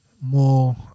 more